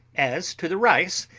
as to the rice,